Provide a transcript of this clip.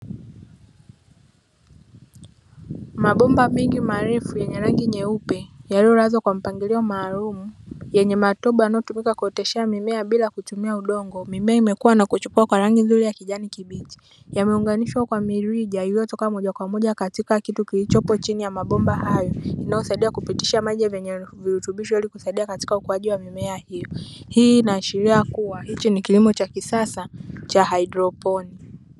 Mabomba mengi marefu yenye rangi nyeupe yaliyolazwa kwa mpangilio maalumu yenye matobo yanayotumika kuoteshea mimea bila kutumia udongo mimea imekuwa na kuchipua kwa rangi nzuri ya kijani kibichi yameunganishwa kwa mirija iliyotoka moja kwa moja katika kitu kilichopo chini ya mabomba hayo, inayosaidia kupitisha maji yenye virutubisho ili kusaidia mimea hiyo hii inaashiria kuwa hichi ni kilimo cha kisasa cha haidroponi.